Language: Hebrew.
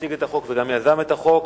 שהציג את החוק וגם יזם את החוק.